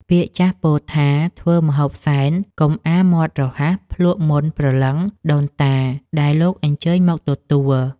ពាក្យចាស់ពោលថា ធ្វើម្ហូបសែនកុំអាលមាត់រហ័សភ្លក្សមុនព្រលឹងដូនតាដែលលោកអញ្ជើញមកទទួល។